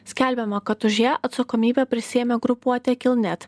skelbiama kad už ją atsakomybę prisiėmė grupuotė kilnet